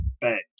Bang